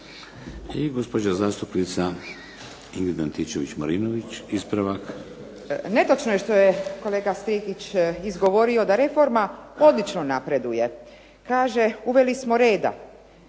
ispravak. **Antičević Marinović, Ingrid (SDP)** Netočno je što je kolega Strikić izgovori da reforma odlično napreduje, kaže uveli smo reda.